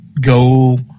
go